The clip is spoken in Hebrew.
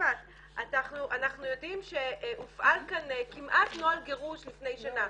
אנחנו יודעים שהופעל כאן כמעט נוהל גירוש לפני שנה.